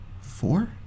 Four